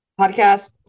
podcast